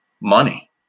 money